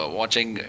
watching